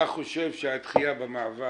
אתה חושב שהדחייה של המעבר,